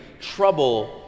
trouble